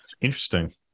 Interesting